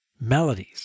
melodies